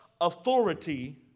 authority